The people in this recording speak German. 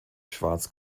schwarz